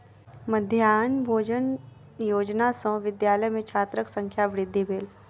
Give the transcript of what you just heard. मध्याह्न भोजन योजना सॅ विद्यालय में छात्रक संख्या वृद्धि भेल